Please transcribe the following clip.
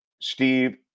Steve